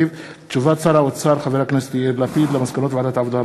תשובת שר האוצר חבר הכנסת יאיר לפיד על מסקנות ועדת העבודה,